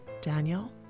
Daniel